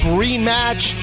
rematch